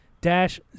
Dash